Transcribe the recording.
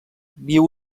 viu